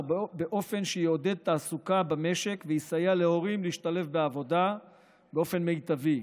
באופן שיעודד תעסוקה במשק ויסייע להורים להשתלב בעבודה באופן מיטבי.